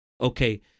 okay